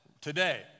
today